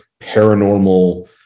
paranormal